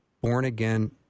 born-again